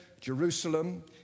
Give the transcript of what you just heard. Jerusalem